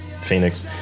Phoenix